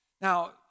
Now